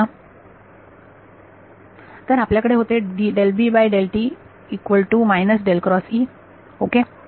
तर आपल्याकडे होते ओके